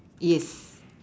yes